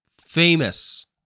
famous